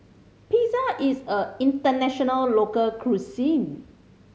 pizza is a international local cuisine